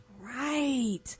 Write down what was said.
Right